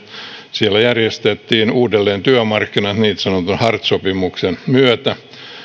siellä järjestettiin uudelleen työmarkkinat niin sanotun hartz sopimuksen myötä